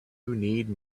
need